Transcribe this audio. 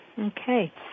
Okay